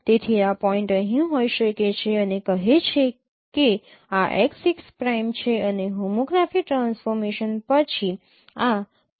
તેથી આ પોઈન્ટ અહીં હોઈ શકે છે અને કહે છે કે આ x 6 પ્રાઇમ છે અને હોમોગ્રાફી ટ્રાન્સફોર્મેશન પછી આ H x 6 છે